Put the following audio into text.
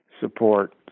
support